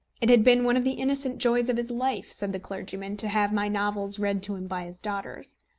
it had been one of the innocent joys of his life, said the clergyman, to have my novels read to him by his daughters.